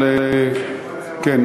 כן,